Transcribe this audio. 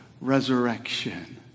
resurrection